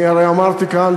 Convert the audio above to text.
אני הרי אמרתי כאן,